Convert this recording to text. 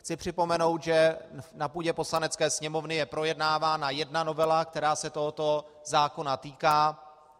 Chci připomenout, že na půdě Poslanecké sněmovny je projednávána jedna novela, která se tohoto zákona týká.